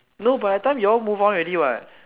no by the time your move on already what